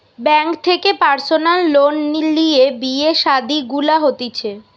bank থেকে personal loan লিয়ে বিয়ে শাদী গুলা হতিছে